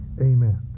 amen